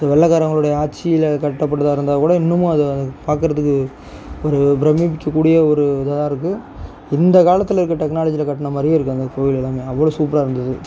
வெள்ளைக்கரவங்களுடைய ஆட்சியில் கட்டப்பட்டதாக இருந்தாக்கூட இன்னுமும் அதை பார்க்குறத்துக்கு ஒரு பிரமிக்கக்கூடிய ஒரு இதாக இருக்கு இந்த காலத்தில் இருக்க டெக்னாலஜியில கட்டினமாரியே இருக்கு அந்த கோயில் எல்லாமே அவ்வளோ சூப்பராக இருந்துது